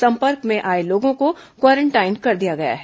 संपर्क में आए लोगों को क्वारेंटाइन कर दिया गया है